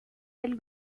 del